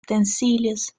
utensilios